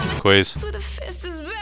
quiz